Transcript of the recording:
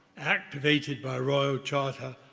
activated by royal charter,